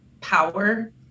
power